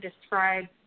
describe